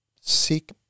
seek